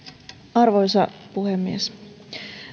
arvoisa puhemies